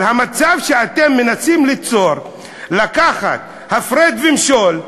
אבל המצב שאתם מנסים ליצור הפרד ומשול,